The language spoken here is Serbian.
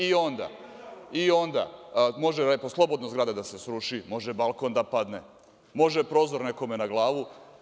I onda može lepo slobodno zgrada da se sruši, može balkon da padne, može prozor nekome na glavu.